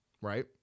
right